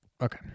Okay